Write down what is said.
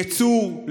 לייצור,